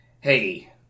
hey